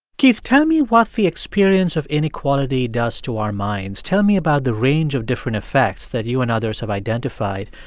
keith, tell me what the experience of inequality does to our minds. tell me about the range of different effects that you and others have identified,